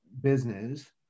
business